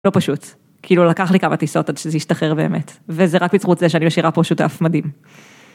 לא פשוט, כאילו לקח לי כמה טיסות עד שזה ישתחרר באמת וזה רק בזכות זה שאני משאירה פה שותף מדהים.